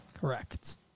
Correct